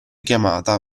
chiamata